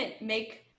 make